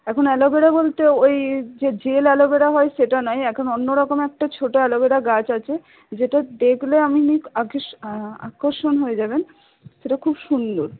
এখন অ্যালোভেরা বলতে ওই যে জেল অ্যালোভেরা হয় সেটা নয় এখন অন্য রকম একটা ছোটো অ্যালোভেরা গাছ আছে যেটা দেখলে আপনি আকর্ষণ হয়ে যাবেন সেটা খুব সুন্দর